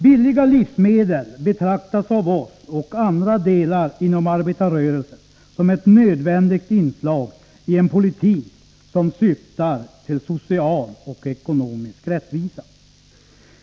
Billiga livsmedel betraktas av oss och andra delar inom arbetarrörelsen som ett nödvändigt inslag i en politik, som syftar till social och ekonomisk rättvisa.